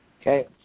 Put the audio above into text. Okay